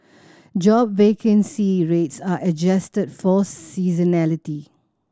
job vacancy rates are adjusted for seasonality